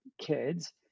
kids